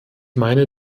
meine